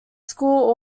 school